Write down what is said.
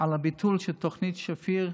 על הביטול של תוכנית שפיר,